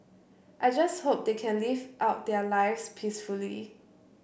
I just hope they can live out their lives peacefully